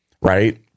right